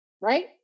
Right